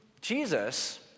Jesus